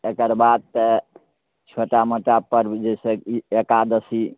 तकर बाद से छोटा मोटा परब जइसे ई एकादशी